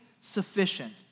sufficient